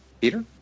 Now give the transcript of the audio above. Peter